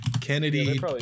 Kennedy